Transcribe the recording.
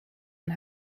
and